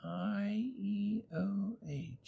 I-E-O-H